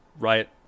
Riot